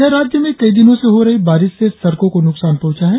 इधर राज्य में कई दिनों से हो रही बारिश से सड़कों को नुकसान पहुंचा है